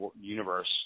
universe